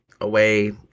away